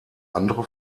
andere